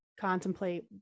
contemplate